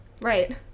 Right